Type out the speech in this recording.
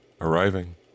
arriving